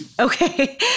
Okay